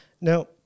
now